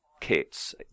kits